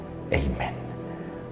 Amen